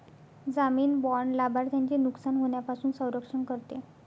जामीन बाँड लाभार्थ्याचे नुकसान होण्यापासून संरक्षण करते